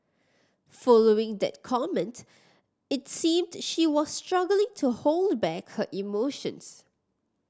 following that comment it seemed she was struggling to hold back her emotions